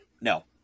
No